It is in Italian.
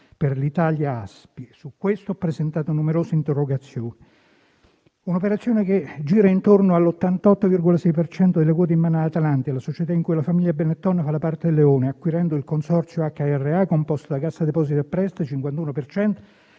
per l'Italia (Aspi), ho presentato numerose interrogazioni. Un'operazione che gira intorno all'88,6 per cento delle quote in mano ad Atlantia, la società in cui la famiglia Benetton fa la parte del leone, acquirente il consorzio HRA, composto da Cassa depositi e prestiti (51